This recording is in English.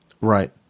Right